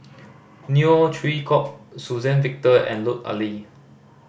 Neo Chwee Kok Suzann Victor and Lut Ali